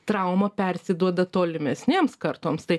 trauma persiduoda tolimesnėms kartoms tai